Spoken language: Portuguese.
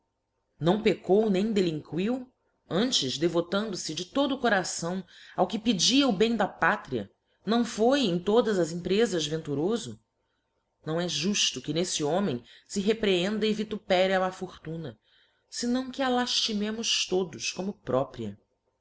não peccou nem delinquiu antes devotando fe de todo o coração ao que pedia o bem da pátria não foi em todas as emprefas venturofo não é juílo que n'efre homem fe reprehenda e vitupere a má fortuna fenão que a laílimemos todos como própria